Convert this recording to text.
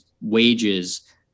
wages